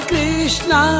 Krishna